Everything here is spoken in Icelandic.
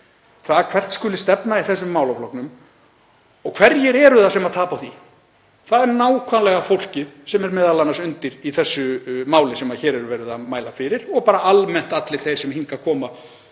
það hvert skuli stefna í þessum málaflokkum. Og hverjir eru það sem tapa á því? Það er nákvæmlega fólkið sem er m.a. undir í því máli sem hér er verið að mæla fyrir og bara almennt allir þeir sem hingað koma